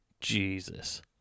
Jesus